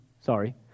sorry